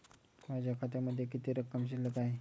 माझ्या खात्यामध्ये किती रक्कम शिल्लक आहे?